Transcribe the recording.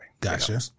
Gotcha